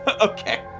Okay